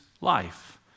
life